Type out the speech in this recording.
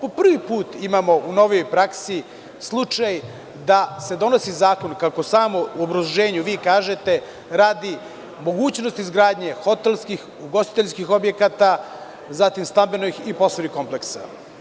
Po prvi put imamo u novijoj praksi slučaj da se donosi zakona, kako samo u obrazloženju vi kažete, radi mogućnosti izgradnje hotelskih, ugostiteljskih objekata, zatim stambenih i poslovnih kompleksa.